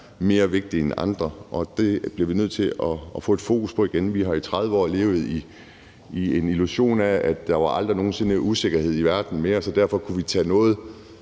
mere vigtige end andre. Og det bliver vi nødt til at få et fokus på igen. Vi har i 30 år levet i en illusion om, at der aldrig nogen sinde ville være usikkerhed i verden mere, så derfor kunne vi tage